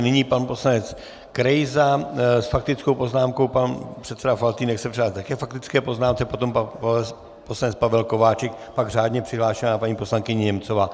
Nyní pan poslanec Krejza s faktickou poznámkou, pan předseda Faltýnek se přidá také k faktické poznámce, potom pan poslanec Pavel Kováčik, pak řádně přihlášená paní poslankyně Němcová.